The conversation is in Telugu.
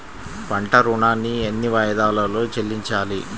పంట ఋణాన్ని ఎన్ని వాయిదాలలో చెల్లించాలి?